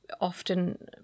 often